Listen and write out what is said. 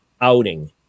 Outing